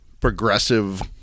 progressive